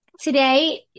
today